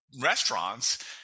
restaurants